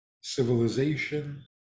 civilization